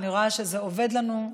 אני רואה שזה עובד לנו,